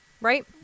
right